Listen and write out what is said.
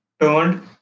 turned